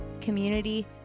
community